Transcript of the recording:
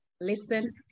listen